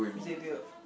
Xavier